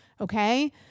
Okay